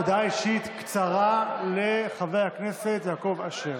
הודעה אישית קצרה לחבר הכנסת יעקב אשר.